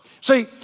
See